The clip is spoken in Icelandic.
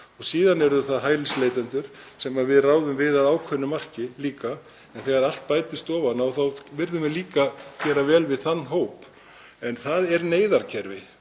Síðan eru það hælisleitendur sem við ráðum við að ákveðnu marki líka, en þegar allt bætist ofan á þá viljum við líka gera vel við þann hóp. En það er neyðarkerfi